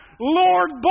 Lord